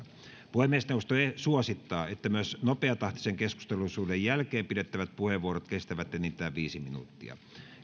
puhemiesneuvosto suosittaa että myös nopeatahtisen keskusteluosuuden jälkeen pidettävät puheenvuorot kestävät enintään viisi minuuttia